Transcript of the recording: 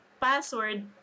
password